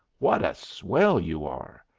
wot a swell you are!